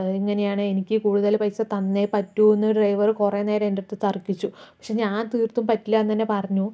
ഇങ്ങനെയാണ് എനിക്ക് കൂടുതൽ പൈസ തന്നേ പറ്റൂന്ന് ഡ്രൈവറ് കുറെ നേരം എൻ്റടുത്ത് തർക്കിച്ചു പക്ഷേ ഞാൻ തീർത്തു പറഞ്ഞു പറ്റില്ലാന്ന് തന്നെ പറഞ്ഞു